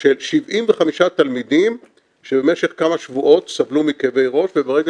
של 75 תלמידים שבמשך כמה שבועות סבלו מכאבי ראש וברגע